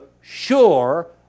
sure